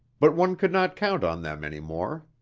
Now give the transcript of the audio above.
but one could not count on them any more.